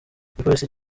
igipolisi